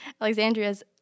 Alexandria's